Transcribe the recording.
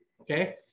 Okay